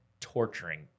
torturing